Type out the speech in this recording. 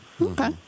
Okay